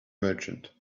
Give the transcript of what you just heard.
merchant